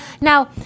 Now